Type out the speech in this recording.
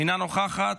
אינה נוכחת,